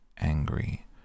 angry